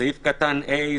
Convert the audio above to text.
סעיף קטן (ה)